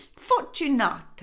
Fortunata